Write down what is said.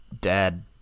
dad